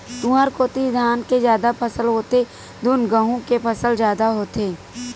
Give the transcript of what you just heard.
तुँहर कोती धान के जादा फसल होथे धुन गहूँ के फसल जादा होथे?